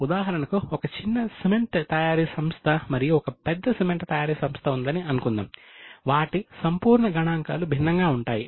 ఉదాహరణకు ఒక చిన్న సిమెంట్ తయారీ సంస్థ మరియు ఒక పెద్ద సిమెంట్ తయారీ సంస్థ ఉందని అనుకుందాం వాటి సంపూర్ణ గణాంకాలు భిన్నంగా ఉంటాయి